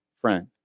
friend